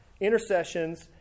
intercessions